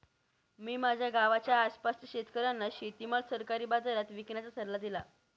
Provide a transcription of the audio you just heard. मी माझ्या गावाच्या आसपासच्या शेतकऱ्यांना शेतीमाल सरकारी बाजारात विकण्याचा सल्ला दिला